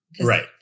Right